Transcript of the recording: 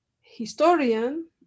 historian